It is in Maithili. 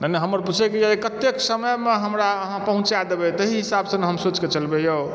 नहि नहि हमरा पूछे के यऽ कत्ते समय मे हमरा अहाँ पहुँचा देबै तेहि हिसाब सऽ ने हम सोचि कऽ चलबै यौ